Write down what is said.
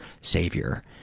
savior